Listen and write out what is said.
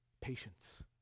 patience